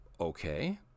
okay